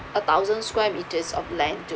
a thousand square metres of land to